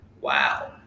Wow